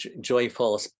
joyful